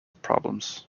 problems